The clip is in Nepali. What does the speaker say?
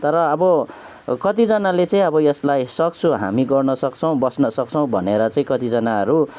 तर अब कतिजनाले चाहिँ अब यसलाई सक्छौँ हामी गर्नसक्छौँ बस्नसक्छौँ भनेर चाहिँ कतिजनाहरू